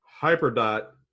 Hyperdot